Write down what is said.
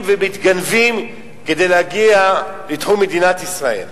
ומתגנבים כדי להגיע לתחום מדינת ישראל.